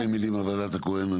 בשתי מילים בבקשה על וועדת הכהן.